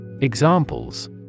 Examples